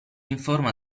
informa